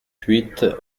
huit